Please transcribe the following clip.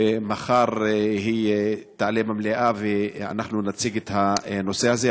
מחר היא תעלה במליאה ואנחנו נציג את הנושא הזה,